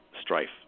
strife